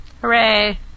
Hooray